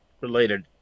related